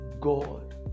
God